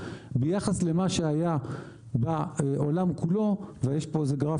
ביחס למה שהיה בעולם כולו ויש פה איזה גרף